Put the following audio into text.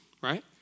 Right